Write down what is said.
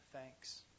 thanks